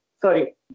Sorry